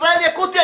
ישראל יקוטי,